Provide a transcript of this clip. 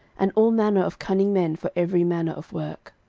and all manner of cunning men for every manner of work.